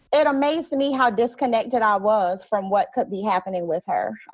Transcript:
it amazes me how disconnected i was from what could be happening with her.